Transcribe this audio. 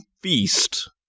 feast